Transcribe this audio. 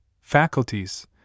faculties